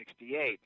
1968